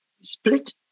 split